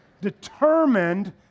determined